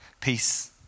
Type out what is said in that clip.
peace